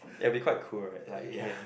will be quite cool like air